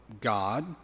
God